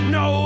no